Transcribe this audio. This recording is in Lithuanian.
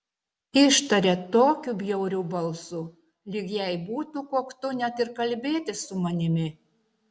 ištarė tokiu bjauriu balsu lyg jai būtų koktu net ir kalbėtis su manimi